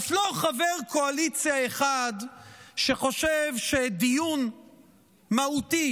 אף לא חבר קואליציה אחד שחושב שדיון מהותי